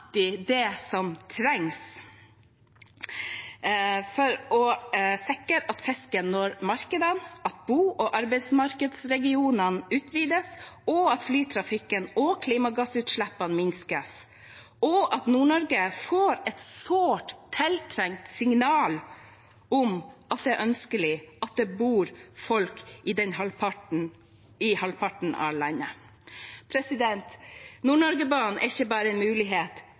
det som trengs for å sikre at fisken når markedene, at bo- og arbeidsmarkedsregionene utvides, at flytrafikken og klimagassutslippene minskes, og at Nord-Norge får et sårt tiltrengt signal om at det er ønskelig at det bor folk i denne halvparten av landet. Nord-Norge-banen er ikke bare en mulighet,